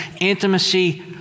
intimacy